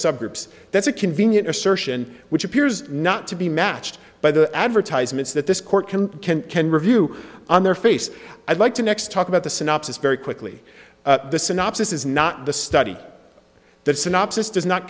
subgroups that's a convenient assertion which appears not to be matched by the advertisements that this court can can can review on their face i'd like to next talk about the synopsis very quickly the synopsis is not the study that synopsis does not